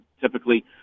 typically